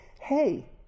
hey